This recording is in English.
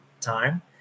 time